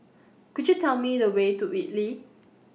Could YOU Tell Me The Way to Whitley